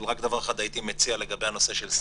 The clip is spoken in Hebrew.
רק דבר אחד הייתי מציע לגבי הנושא של סגר.